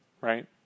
right